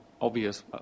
obvious